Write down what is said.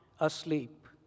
asleep